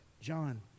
John